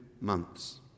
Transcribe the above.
months